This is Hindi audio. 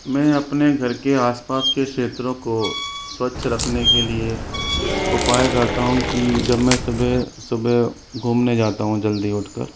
मै अपने घर के आसपास के क्षेत्रों को स्वच्छ रखने के लिए उपाय करता हूँ कि जब मैं सुबह सुबह घूमने जाता हूँ जल्दी उठकर